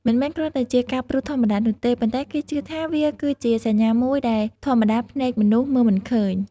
មិនមែនគ្រាន់តែជាការព្រុសធម្មតានោះទេ ប៉ុន្តែគេជឿថាវាគឺជាសញ្ញាមួយដែលធម្មតាភ្នែកមនុស្សមើលមិនឃើញ។